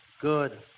Good